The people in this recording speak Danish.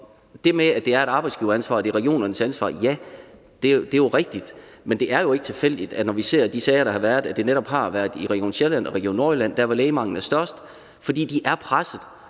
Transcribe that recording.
det med, at det er et arbejdsgiveransvar, og at der er regionernes ansvar, vil jeg sige: Ja, det er jo rigtigt. Men det er jo ikke tilfældigt, når vi ser på de sager, der har været, at de netop har været i Region Sjælland og Region Nordjylland, nemlig der, hvor lægemanglen